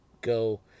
go